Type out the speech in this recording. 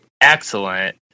excellent